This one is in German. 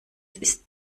ist